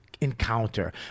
encounter